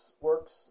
works